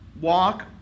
walk